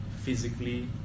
physically